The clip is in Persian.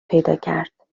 پیداکرد